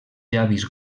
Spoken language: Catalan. llavis